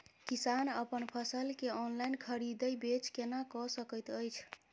किसान अप्पन फसल केँ ऑनलाइन खरीदै बेच केना कऽ सकैत अछि?